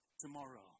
tomorrow